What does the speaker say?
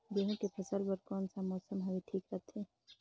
गहूं के फसल बर कौन सा मौसम हवे ठीक रथे?